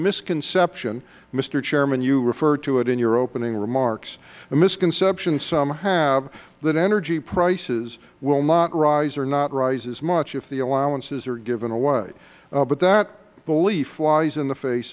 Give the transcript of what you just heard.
misconception mr chairman you referred to it in your opening remarks a misconception some have that energy prices will not rise or not rise as much if the allowances are given away that belief flies in the face